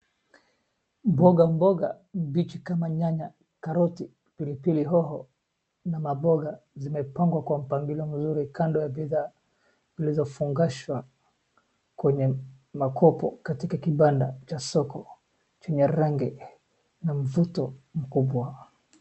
Mboga mboga mbichi kama nyanya, karoti, pilipili hoho na mamboga zimepangwa kwa mpangilio mzuri kando ya bidhaa zilizofungashwa kwenye makopo katika kibanda cha soko chenye rangi na mvuto mkubwa.